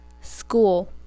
school